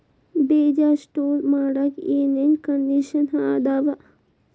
ಬೇಜ ಸ್ಟೋರ್ ಮಾಡಾಕ್ ಏನೇನ್ ಕಂಡಿಷನ್ ಅದಾವ?